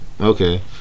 Okay